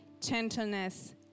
gentleness